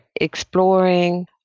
exploring